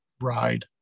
ride